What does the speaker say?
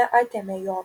neatėmė jo